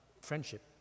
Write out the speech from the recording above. friendship